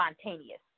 Spontaneous